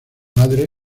madre